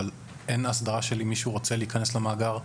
אבל אין הסברה לגבי מישהו שרוצה להיכנס למאגר,